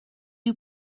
you